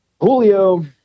Julio